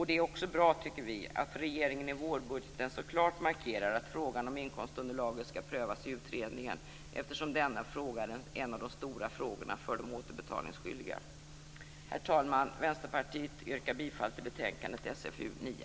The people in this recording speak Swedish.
Det är också bra att regeringen i vårbudgeten så klart markerar att frågan om inkomstunderlaget skall prövas i utredningen, eftersom denna fråga är en av de stora frågorna för de återbetalningsskyldiga. Herr talman! Vänsterpartiet yrkar bifall till hemställan i betänkandet SfU9.